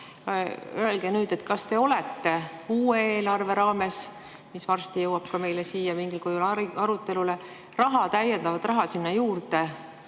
öelge, kas te olete uue eelarve raames, mis varsti jõuab ka meile siia mingil kujul arutelule, raha sinna juurde